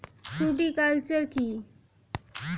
Fruticulture কী?